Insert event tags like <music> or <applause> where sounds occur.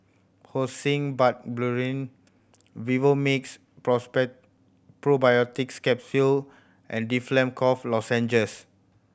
Hyoscine Butylbromide Vivomixx <unintelligible> Probiotics Capsule and Difflam Cough Lozenges